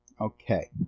Okay